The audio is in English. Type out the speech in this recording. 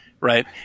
right